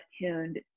tuned